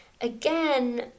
again